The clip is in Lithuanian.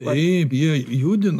taip jie judina